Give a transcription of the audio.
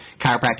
chiropractic